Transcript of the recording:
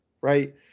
right